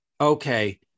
okay